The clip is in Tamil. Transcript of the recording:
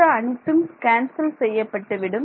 மற்ற அனைத்தும் கேன்சல் செய்யப்பட்டுவிடும்